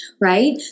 Right